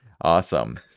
awesome